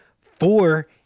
four